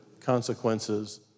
consequences